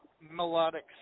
melodic